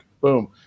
boom